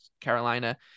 carolina